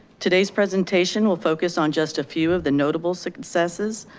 today's presentation will focus on just a few of the notable successes.